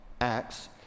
Acts